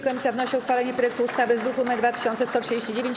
Komisja wnosi o uchwalenie projektu ustawy z druku nr 2139.